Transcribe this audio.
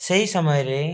ସେଇ ସମୟରେ